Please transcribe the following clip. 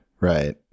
Right